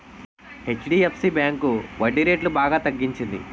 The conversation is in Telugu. హెచ్.డి.ఎఫ్.సి బ్యాంకు వడ్డీరేట్లు బాగా తగ్గించింది